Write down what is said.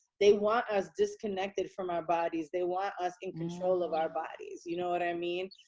they want as disconnected from our bodies. they want us in control of our bodies. you know what i mean?